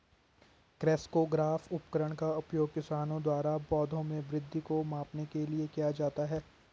crescograph उपकरण का उपयोग किसानों द्वारा पौधों में वृद्धि को मापने के लिए किया जाता है